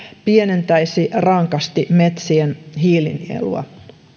pienentäisi rankasti metsien hiilinielua